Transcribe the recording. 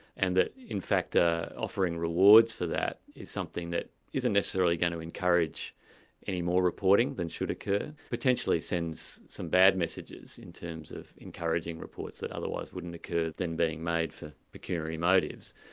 and in fact ah offering rewards for that is something that isn't necessarily going to encourage any more reporting than should occur. potentially sends some bad messages in terms of encouraging reports that otherwise wouldn't occur than being made for pecuniary motives.